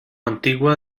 antigua